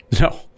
No